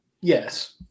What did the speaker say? yes